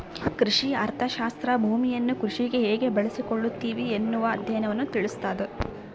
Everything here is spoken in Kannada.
ಕೃಷಿ ಅರ್ಥಶಾಸ್ತ್ರ ಭೂಮಿಯನ್ನು ಕೃಷಿಗೆ ಹೇಗೆ ಬಳಸಿಕೊಳ್ಳುತ್ತಿವಿ ಎನ್ನುವ ಅಧ್ಯಯನವನ್ನು ತಿಳಿಸ್ತಾದ